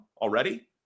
already